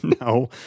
No